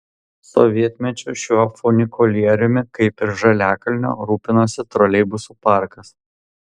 sovietmečiu šiuo funikulieriumi kaip ir žaliakalnio rūpinosi troleibusų parkas